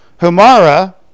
Humara